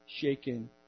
shaken